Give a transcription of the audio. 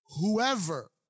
whoever